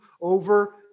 over